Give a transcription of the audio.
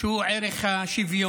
שהוא על ערך השוויון.